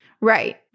Right